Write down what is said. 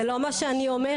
זה לא מה שאני אומרת.